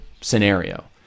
scenario